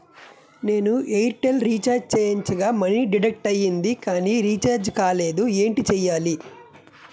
నేను Airtel recharge చేయించగా money deduct అయ్యింది కానీ రీఛార్జ్ కాలేదు ఏంటి చేయాలి?